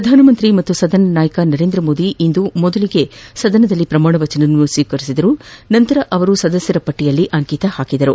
ಪ್ರಧಾನಮಂತ್ರಿ ಮತ್ತು ಸದನ ನಾಯಕ ನರೇಂದ್ರ ಮೋದಿ ಇಂದು ಮೊದಲಿಗೆ ಸದನದಲ್ಲಿ ಪ್ರಮಾಣ ವಚನ ಸ್ವೀಕರಿಸಿದರು ನಂತರ ಅವರು ಸದಸ್ಯರ ಪಟ್ಟಿಯಲ್ಲಿ ಅಂಕಿತ ಹಾಕಿದರು